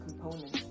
components